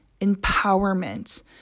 empowerment